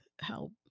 help